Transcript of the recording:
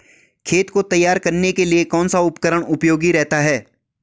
खेत को तैयार करने के लिए कौन सा उपकरण उपयोगी रहता है?